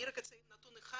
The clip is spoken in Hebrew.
אני אציין רק נתון אחד